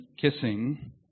kissing